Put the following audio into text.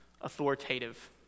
authoritative